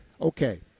Okay